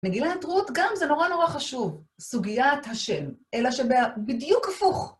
מגילת רות גם זה נורא נורא חשוב, סוגיית השם, אלא שבדיוק הפוך.